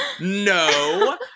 No